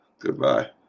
Goodbye